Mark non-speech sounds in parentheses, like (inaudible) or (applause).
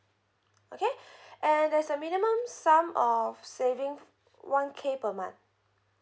okay (breath) and there's a minimum sum of saving one K per month